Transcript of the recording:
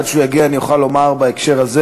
ועד שהוא יגיע אני אוכל לומר בהקשר הזה